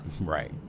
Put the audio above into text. Right